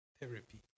therapy